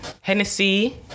Hennessy